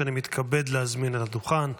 שאני מתכבד להזמין אל הדוכן,